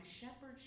Shepherd